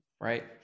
right